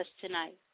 tonight